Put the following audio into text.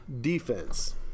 defense